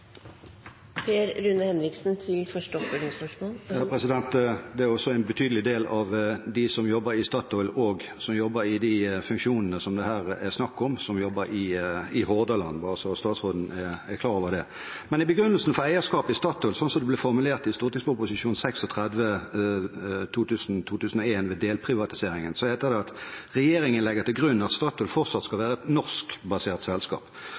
Det er også en betydelig del av dem som jobber i Statoil, og som jobber i de funksjonene det her er snakk om, som jobber i Hordaland – bare så statsråden er klar over det. I begrunnelsen for eierskapet i Statoil, slik det ble formulert i St.prp. nr. 36 for 2000–2001, ved delprivatiseringen, heter det: «Regjeringen legger til grunn at Statoil fortsatt skal være et norskbasert selskap.